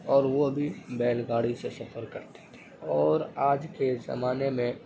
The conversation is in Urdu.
اور وہ بھی بیل گاڑی سے سفر کرتے تھے اور آج کے زمانے میں